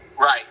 Right